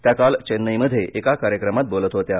त्या काल चेन्नईमध्ये एका कार्यक्रमात बोलत होत्या